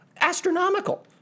astronomical